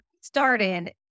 started